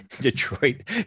detroit